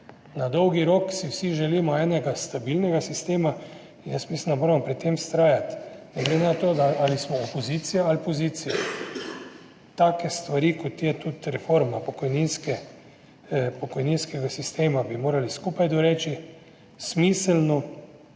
Na dolgi rok si vsi želimo enega stabilnega sistema in jaz mislim, da moramo pri tem vztrajati, ne glede na to, ali smo opozicija ali pozicija. Take stvari, kot je tudi reforma pokojninskega sistema, bi morali skupaj smiselno